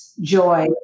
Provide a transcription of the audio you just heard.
joy